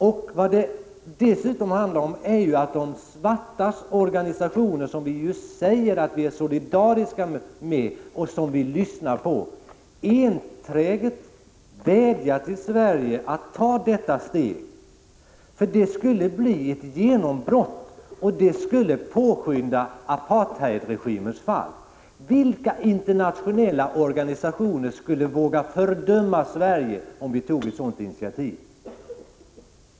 Det handlar dessutom om att de svartas organisationer, som vi säger att vi är solidariska med och som vi lyssnar på, enträget vädjar till Sverige att ta detta steg, för det skulle bli ett genombrott och det skulle påskynda apartheidregimens fall. Vilka internationella organisationer skulle våga fördöma Sverige om vi tog ett sådant initiativ?